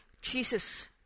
Jesus